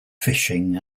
fishing